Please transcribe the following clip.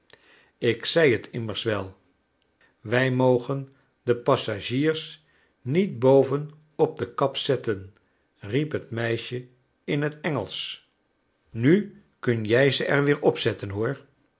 ik zei het immers wel wij mogen de passagiers niet boven op de kap zetten riep het meisje in het engelsch nu kun jij ze er weer opzetten hoor